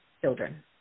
children